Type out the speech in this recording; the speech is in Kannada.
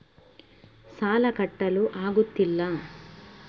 ಸಾಲ ಕಟ್ಟಲು ಆಗುತ್ತಿಲ್ಲ